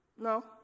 No